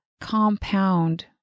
compound